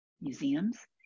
museums